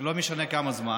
לא משנה כמה זמן,